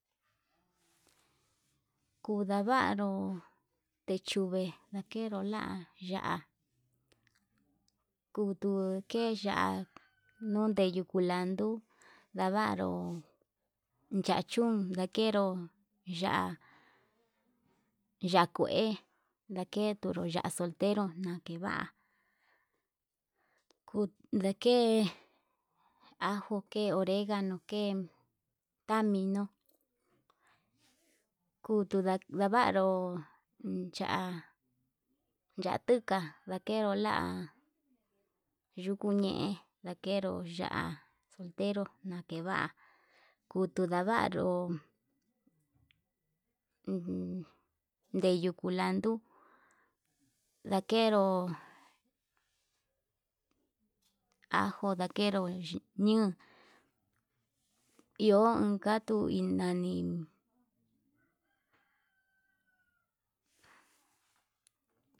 Kuu ndavaru techuve ndakenro la'a ya'á kutuu ke ya'á, nundeyu kulandu lavanru ya'a chún ndakenro ya'á kue ndakenru ya'á soltero naniva kuu ndake, ajo le onreganó ke ndaminutu kutu ndavaru ya'á, ya'á tuka ndakenró la yuku ñe'e ndakero ya'a soltero ndakeva kutu ndavaru uum ndeyu kulandu ndakero ajo ndakero ñiun unka tuu inani.